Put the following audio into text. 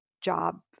job